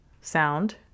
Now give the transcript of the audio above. sound